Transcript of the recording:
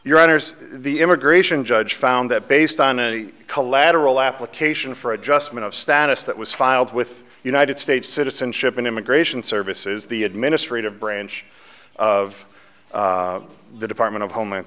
honour's the immigration judge found that based on any collateral application for adjustment of status that was filed with united states citizenship and immigration services the administrative branch of the department of homeland